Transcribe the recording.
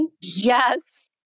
Yes